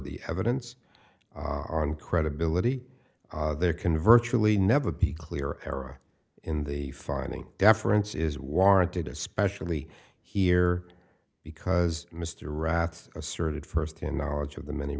the evidence our own credibility there can virtually never be clear era in the finding deference is warranted especially here because mr erath asserted first hand knowledge of the many